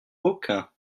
aucun